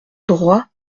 droit